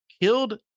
killed